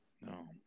No